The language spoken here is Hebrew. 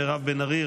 מירב בן ארי,